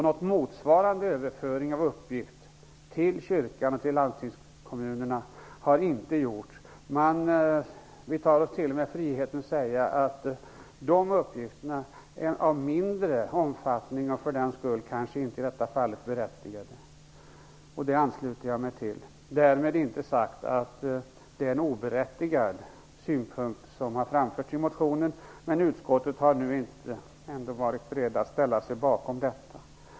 Någon motsvarande överföring av uppgift till kyrkan och landstingskommunerna har inte gjorts. Vi tar oss t.o.m. friheten att säga att de uppgifterna är av mindre omfattning och för den skull kanske inte i detta fall berättigade. Detta ansluter jag mig till. Men därmed är det inte sagt att det är en oberättigad synpunkt som framförs i motionen. I utskottet har man emellertid inte varit beredd att ställa sig bakom detta.